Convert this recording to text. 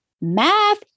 math